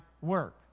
work